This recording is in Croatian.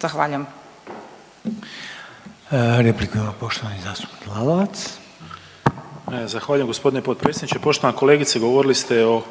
(HDZ)** Repliku ima poštovani zastupnik Lalovac. **Lalovac, Boris (SDP)** Zahvaljujem gospodine potpredsjedniče. Poštovana kolegice govorili ste o